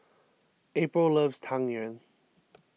April loves Tang Yuen